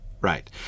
Right